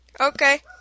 Okay